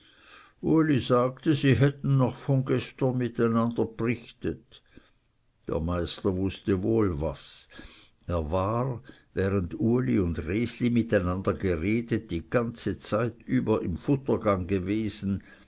uli sagte sie hätten noch von gestern miteinander brichtet der meister wußte wohl was er war während uli und resli miteinander geredet die ganze zeit über im futtergang gewesen